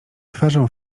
twarzą